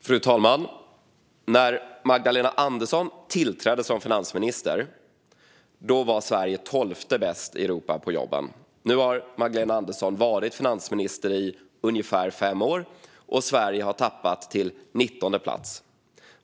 Fru talman! När Magdalena Andersson tillträdde som finansminister var Sverige 12:e bäst i Europa på jobben. Nu har Magdalena Andersson varit finansminister i ungefär fem år, och Sverige har åkt ned till 19:e plats.